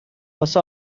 واسه